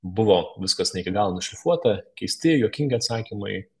buvo viskas ne iki galo nušlifuota keisti juokingi atsakymai